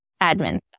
admin